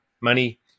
money